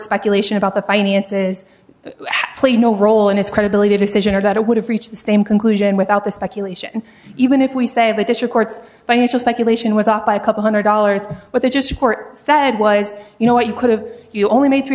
speculation about the finances played no role in his credibility decision or that it would have reached the same conclusion without the speculation even if we say the dish records financial speculation was off by a couple one hundred dollars what they just report said was you know what you could have you only made three